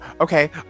okay